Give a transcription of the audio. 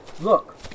Look